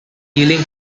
healing